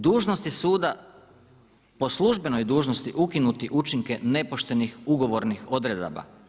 Dužnost je suda po službenoj dužnosti ukinuti učinke nepoštenih ugovornih odredaba.